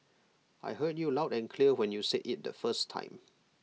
I heard you loud and clear when you said IT the first time